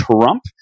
Trump